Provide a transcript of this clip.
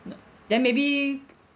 no then maybe